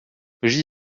j’y